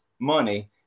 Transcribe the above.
money